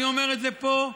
אני אומר את זה פה,